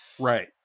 Right